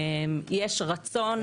יש רצון